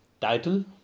Title